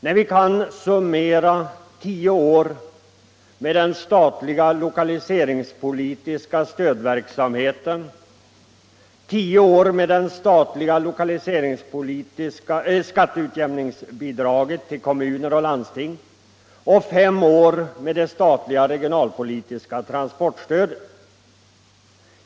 Nu kan vi summera tio år med den statliga lokaliseringspolitiska stödverksamheten, tio år med det statliga skatteutjämningsbidraget till kommuner och landsting och fem år med det statliga regionalpolitiska transportstödet.